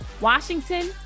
Washington